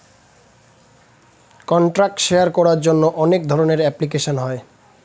contact share করার জন্য অনেক ধরনের অ্যাপ্লিকেশন হয়